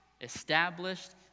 established